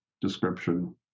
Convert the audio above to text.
description